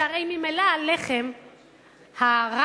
שהרי ממילא, הלחם רב-דגנים,